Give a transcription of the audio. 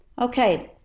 Okay